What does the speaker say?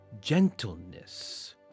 gentleness